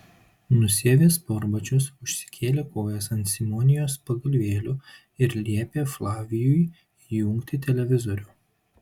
nusiavė sportbačius užsikėlė kojas ant simonijos pagalvėlių ir liepė flavijui įjungti televizorių